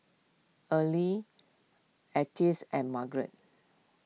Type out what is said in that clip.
Earlie Althea and Margeret